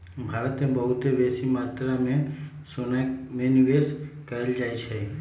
भारत में बहुते बेशी मत्रा में सोना में निवेश कएल जाइ छइ